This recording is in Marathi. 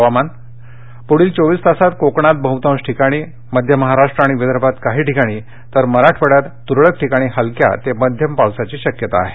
हवामान पुढील चोवीस तासात कोकणात बहुतांश ठिकाणी मध्य महाराष्ट्र आणि विदर्भात काही ठिकाणी तर मराठवाङ्यात तुरळक ठिकाणी हलक्या ते मध्यम पावसाची शक्यता आहे